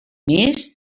més